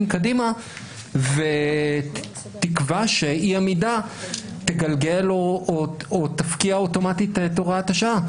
קדימה ותקבע שאי עמידה תגלגל או תפקיע אוטומטית את הוראת השעה.